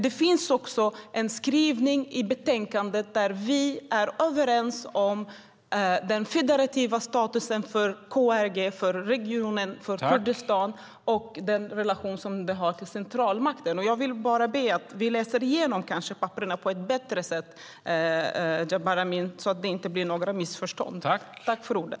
Det finns också en skrivning i betänkandet där vi är överens om den federativa statusen för KRG, för regionen, för Kurdistan och för den relation som det har till centralmakten. Jag vill bara be om att vi läser igenom papperen på ett bättre sätt så att det inte blir några missförstånd, Jabar Amin.